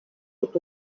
gibt